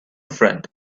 friend